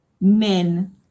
men